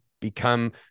become